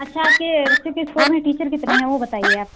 अच्छा आपके बच्चे के स्कूल में टीचर कितने हैं वो बताइए आप